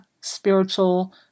spiritual